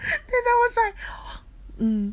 and there was like mm